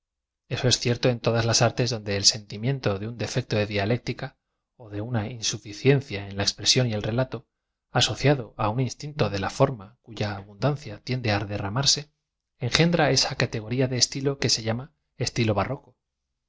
eso es cierto en todas las artes donde el sentimiento de un defecto de dialéctica ó de una insuficiencia en la expresión el relato asociado á un instinto de la forma cu a abun dancia tiende á derramarse engendra esa categoría de estilo que se llam a estilo barroco